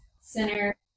center